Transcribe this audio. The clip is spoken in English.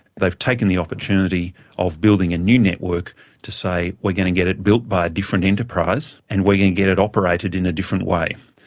they've taken the opportunity of building a new network to say, we're going to get it built by a different enterprise and we're going to get it operated in a different way.